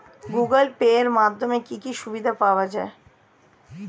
Google Pay এর মাধ্যমে কি কি সুবিধা পাওয়া যায়?